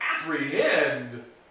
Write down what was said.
apprehend